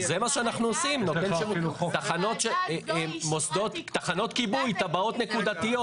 תחנות כיבוי, תב"עות נקודתיות.